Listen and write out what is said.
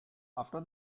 after